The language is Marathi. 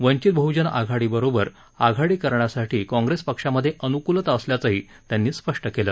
वंचित बहजन आघाडीबरोबर आघाडी करण्यासाठी काँग्रेस पक्षामधे अनुकलता असल्याचंही त्यांनी स्पष्ट केलं